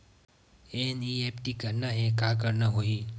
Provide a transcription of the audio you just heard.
NEFT करना हे का करना होही?